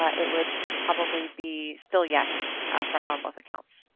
ah it would probably be still yes for um both accounts.